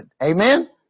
Amen